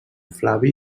flavi